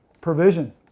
provision